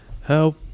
help